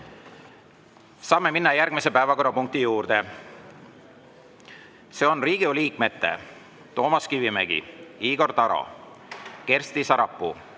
Saame minna järgmise päevakorrapunkti juurde. Riigikogu liikmete Toomas Kivimägi, Igor Taro, Kersti Sarapuu,